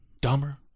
dumber